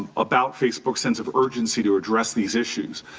about facebook's sense of urgency to address these issues.